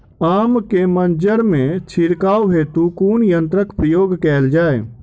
आम केँ मंजर मे छिड़काव हेतु कुन यंत्रक प्रयोग कैल जाय?